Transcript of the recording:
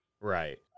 Right